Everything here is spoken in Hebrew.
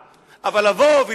על זה צריכים לתת את הדעת.